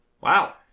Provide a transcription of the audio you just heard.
Wow